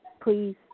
please